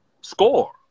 score